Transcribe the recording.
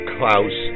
Klaus